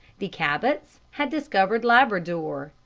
the cabots had discovered labrador,